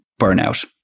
burnout